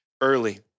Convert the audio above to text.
early